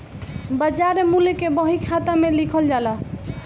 बाजार मूल्य के बही खाता में लिखल जाला